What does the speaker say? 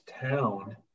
town